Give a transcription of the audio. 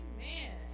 Amen